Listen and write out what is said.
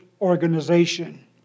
organization